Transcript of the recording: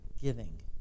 giving